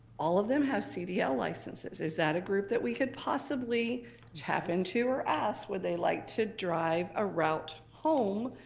all of them have cdl licenses. is that a group that we could possibly tap into or ask would they like to drive a route home?